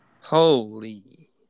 Holy